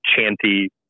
chanty